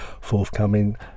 Forthcoming